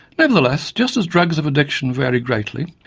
nevertheless, just as drugs of addiction vary greatly,